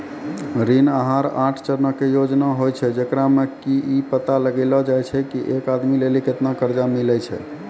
ऋण आहार आठ चरणो के योजना होय छै, जेकरा मे कि इ पता लगैलो जाय छै की एक आदमी लेली केतना कर्जा मिलै छै